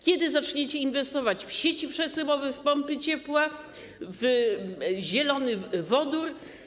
Kiedy zaczniecie inwestować w sieci przesyłowe, w pompy ciepła w zielony wodór?